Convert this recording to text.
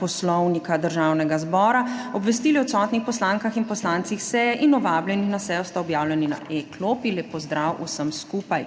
Poslovnika Državnega zbora. Obvestili o odsotnih poslankah in poslancih seje in o vabljenih na sejo sta objavljeni na e-klopi. Lep pozdrav vsem skupaj!